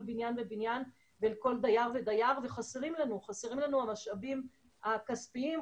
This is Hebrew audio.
בניין ובניין ולכל דייר ודייר וחסרים לנו המשאבים הכספיים,